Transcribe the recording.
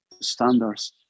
standards